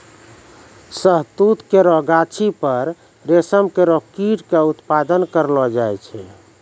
शहतूत केरो गाछी पर रेशम केरो कीट क उत्पादन करलो जाय छै